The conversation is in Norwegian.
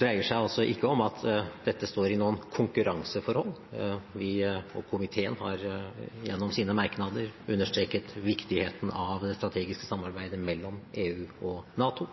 dreier seg ikke om at disse står i noe konkurranseforhold. Komiteen har gjennom sine merknader understreket viktigheten av det strategiske samarbeidet mellom EU og NATO.